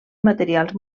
materials